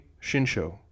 Shinsho